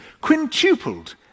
quintupled